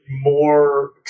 more